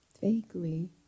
Vaguely